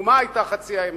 ומה היתה חצי האמת,